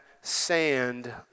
sand